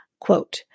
Quote